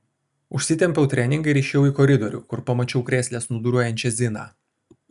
užsitempiau treningą ir išėjau į koridorių kur pamačiau krėsle snūduriuojančią ziną